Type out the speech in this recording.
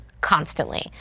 constantly